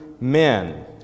men